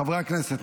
חברי הכנסת,